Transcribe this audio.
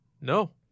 no